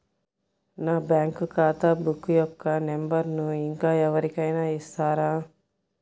నా బ్యాంక్ ఖాతా బుక్ యొక్క నంబరును ఇంకా ఎవరి కైనా ఇస్తారా?